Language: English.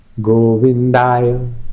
govindaya